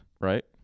Right